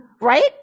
right